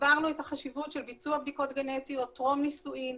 הסברנו את החשיבות של ביצוע בדיקות גנטיות טרום נישואים.